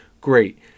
great